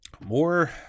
More